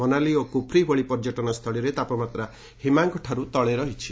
ମନାଲି ଓ କୁଫ୍ରି ଭଳି ପର୍ଯ୍ୟଟନସ୍ଥଳିରେ ତାପମାତ୍ରା ହିମାଙ୍କଠାରୁ ତଳେ ରହିଛି